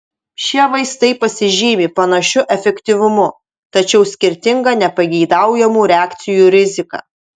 šie vaistai pasižymi panašiu efektyvumu tačiau skirtinga nepageidaujamų reakcijų rizika